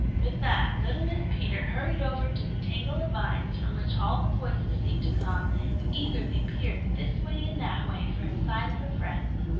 with that little mrs. peter hurried over to the tangle of vines from which all the voices seemed to come and eagerly peered this way and that way for a sight of her friends.